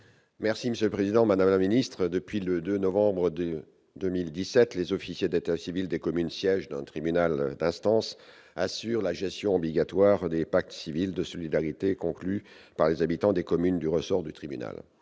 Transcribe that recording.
ministre de l'intérieur. Depuis le 2 novembre 2017, les officiers d'état civil des communes sièges d'un tribunal d'instance assurent la gestion obligatoire des pactes civils de solidarité, ou PACS, conclus par les habitants des communes du ressort du tribunal.